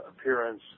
appearance